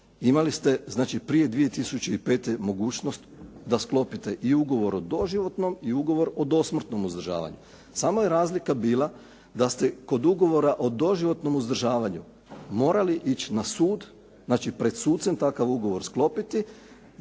Imali ste, znači prije 2005. mogućnost da sklopite i ugovor o doživotnom i ugovor o dosmrtnom uzdržavanju. Samo je razlika bila da ste kod ugovora o doživotnom uzdržavanju morali ići na sud, znači pred sucem takav ugovor sklopiti